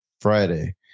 Friday